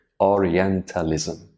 Orientalism